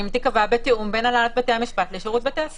תיקבע בתיאום בין הנהלת בתי המשפט לשירות בתי הסוהר".